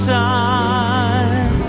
time